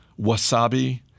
wasabi